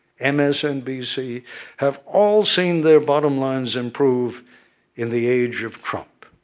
and msnbc have all seen their bottom lines improve in the age of trump.